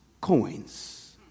coins